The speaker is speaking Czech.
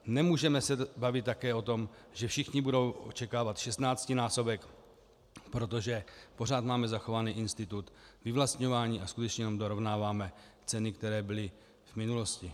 Nemůžeme se také bavit o tom, že všichni budou očekávat šestnáctinásobek, protože pořád máme zachován institut vyvlastňování a skutečně jenom dorovnáváme ceny, které byly v minulosti.